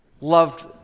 loved